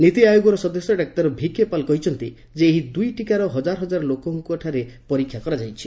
ନୀତି ଆୟୋଗର ସଦସ୍ୟ ଡାକ୍ତର ଭିକେ ପାଲ କହିଛନ୍ତି ଯେ ଏହି ଦୁଇ ଟିକାର ହଜାର ହଜାର ଲୋକଙ୍ଙ ଠାରେ ପରୀକ୍ଷା କରାଯାଇଛି